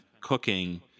cooking